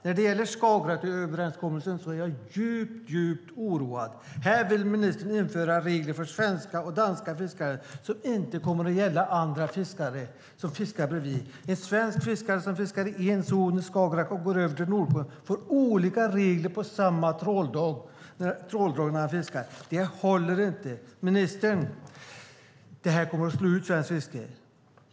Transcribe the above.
När det gäller Skagerraköverenskommelsen är jag djupt oroad. Här vill ministern införa regler för svenska och danska fiskare som inte kommer att gälla fiskare från andra länder men som fiskar precis bredvid. En svensk fiskare som fiskar i en zon i Skagerrak och går över till Nordsjön får olika regler på samma tråldrag. Det håller inte. Ministern! Det här kommer att slå ut svenskt fiske.